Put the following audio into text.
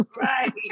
Right